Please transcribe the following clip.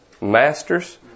masters